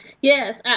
Yes